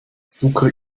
sucre